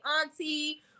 auntie